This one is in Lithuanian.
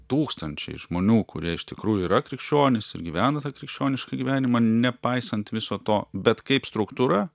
tūkstančiai žmonių kurie iš tikrųjų yra krikščionys ir gyvena tą krikščionišką gyvenimą nepaisant viso to bet kaip struktūra